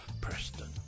Preston